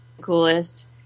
coolest